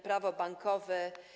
Prawo bankowe.